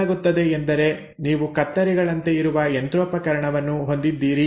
ಏನಾಗುತ್ತದೆ ಎಂದರೆ ನೀವು ಕತ್ತರಿಗಳಂತೆ ಇರುವ ಯಂತ್ರೋಪಕರಣವನ್ನು ಹೊಂದಿದ್ದೀರಿ